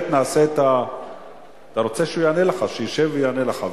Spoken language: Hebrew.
אתה רוצה שהוא יענה לך, שישב ויענה לך.